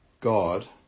God